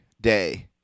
day